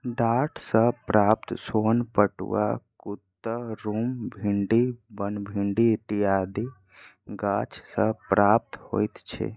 डांट सॅ प्राप्त सोन पटुआ, कुतरुम, भिंडी, बनभिंडी इत्यादि गाछ सॅ प्राप्त होइत छै